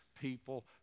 people